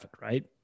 right